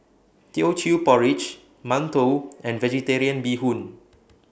Teochew Porridge mantou and Vegetarian Bee Hoon